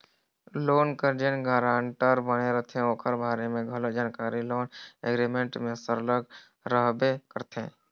loan कर जेन guarantor बने रहथे ओकर बारे में घलो जानकारी लोन एग्रीमेंट में सरलग रहबे करथे